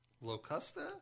Locusta